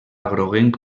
groguenc